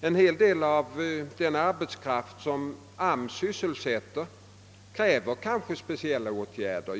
En hel del av den arbetskraft som AMS sysselsätter kräver speciella åtgärder.